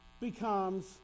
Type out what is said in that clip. becomes